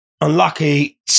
unlucky